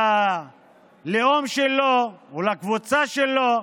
ללאום שלו או לקבוצה שלו,